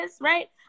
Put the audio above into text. right